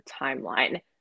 timeline